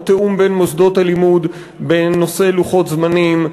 התיאום בין מוסדות הלימוד בנושא לוחות זמנים,